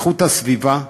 איכות הסביבה,